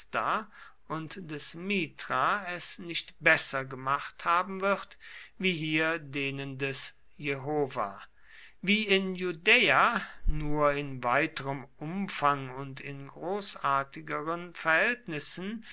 und des mithra es nicht besser gemacht haben wird wie hier denen des jehova wie in judäa nur in weiterem umfang und in großartigeren verhältnissen